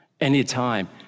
anytime